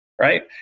right